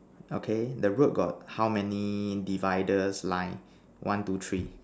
okay the road got how many dividers line one two three